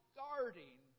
guarding